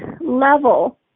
level